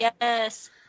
Yes